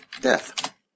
death